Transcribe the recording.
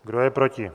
Kdo je proti?